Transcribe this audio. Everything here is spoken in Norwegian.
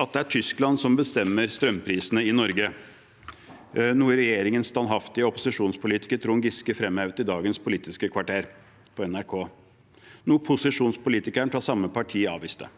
at det er Tyskland som bestemmer strømprisene i Norge, noe regjeringens standhaftige opposisjonspolitiker Trond Giske framhevet i dagens Politisk kvarter på NRK, og som posisjonspolitikeren fra samme parti avviste.